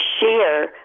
share